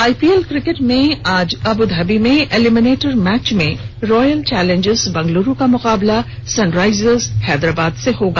आई P L cricket में आज Abu Dhabi में एलिमिनेटर मैच में रॉयल चौलेन्जर्स बैंगलोर का मुकाबला सनराइजर्स हैदराबाद से होगा